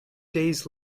days